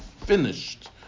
finished